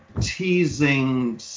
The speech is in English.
teasing